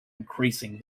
increasing